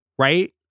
Right